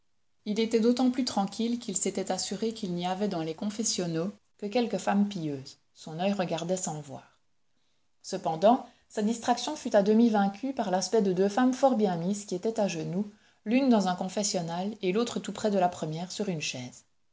il était d'autant plus tranquille qu'il s'était assuré qu'il n'y avait dans les confessionnaux que quelques femmes pieuses son oeil regardait sans voir cependant sa distraction fut à demi vaincue par l'aspect de deux femmes fort bien mises qui étaient à genoux l'une dans un confessionnal et l'autre tout près de la première sur une chaise